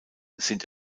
sind